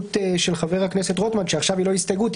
הסתייגות של חבר הכנסת רוטמן שעכשיו היא לא הסתייגות,